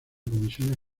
comisión